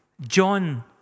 John